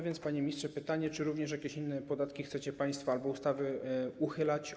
Więc, panie ministrze, pytanie: Czy również jakieś inne podatki chcecie państwo obniżać albo ustawy uchylać?